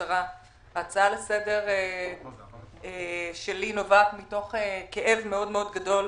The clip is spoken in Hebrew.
ההצעה לסדר שלי נובעת מתוך כאב מאוד-מאוד גדול.